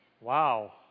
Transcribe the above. Wow